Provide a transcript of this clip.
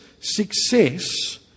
success